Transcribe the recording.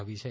આવી છે